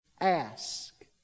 Ask